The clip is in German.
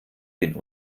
den